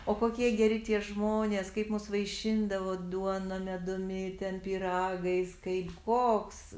o kokie geri tie žmonės kaip mus vaišindavo duona medumi ten pyragais kaip koks